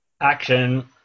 Action